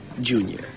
Junior